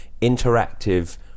interactive